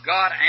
God